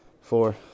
four